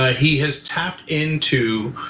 ah he has tapped into